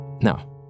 Now